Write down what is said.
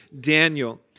Daniel